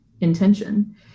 intention